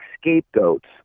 scapegoats